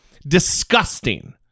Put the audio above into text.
Disgusting